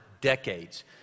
decades